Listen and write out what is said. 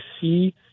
see